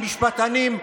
המשפטנים,